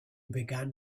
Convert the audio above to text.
began